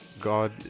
God